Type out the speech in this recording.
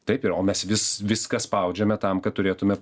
taip ir o mes vis viską spaudžiame tam kad turėtume